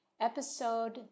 episode